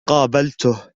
قابلته